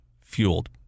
fueled